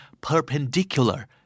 perpendicular